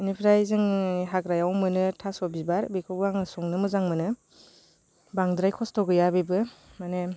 बेनिफ्राय जोंनि हाग्रायाव मोनो थास' बिबार बेखौबो आं संनो मोजां मोनो बांद्राय खस्थ' गैया बेबो माने